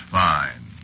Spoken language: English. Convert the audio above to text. fine